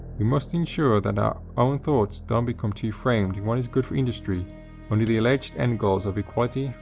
we must ensure that our our thoughts don't become too framed in what is good for industry under the alleged end goals of equality,